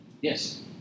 Yes